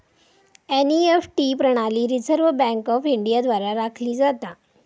NEFT प्रणाली Reserve Bank of India द्वारा राखली जाता